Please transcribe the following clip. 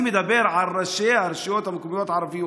אני מדבר על ראשי הרשויות המקומיות הערביות.